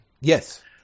yes